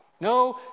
No